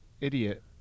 idiot